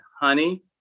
Honey